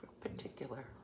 Particular